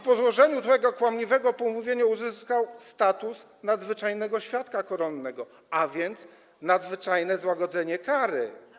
Po złożeniu tego kłamliwego pomówienia uzyskał status nadzwyczajnego świadka koronnego, a więc nadzwyczajne złagodzenie kary.